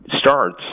starts